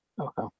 Okay